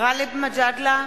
גאלב מג'אדלה,